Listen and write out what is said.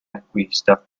acquista